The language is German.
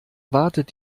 wartet